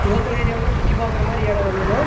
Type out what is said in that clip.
local ஏரியாவில் சுற்றி பார்க்குற மாதிரி இடம் வந்துனால்